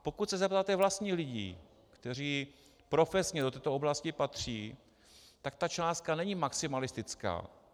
Pokud se zeptáte vlastních lidí, kteří profesně do této oblasti patří, tak ta částka není maximalistická.